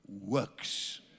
works